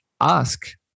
ask